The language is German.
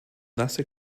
nasse